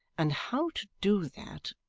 and how to do that